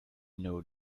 know